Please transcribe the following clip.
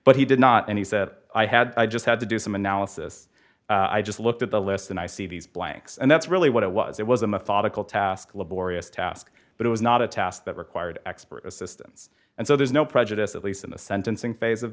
but he did not and he said i had i just had to do some analysis i just looked at the list and i see these blanks and that's really what it was it was a methodical task a laborious task but it was not a task that required expert assistance and so there's no prejudice at least in the sentencing phase of